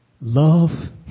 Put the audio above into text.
Love